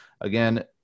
Again